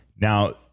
now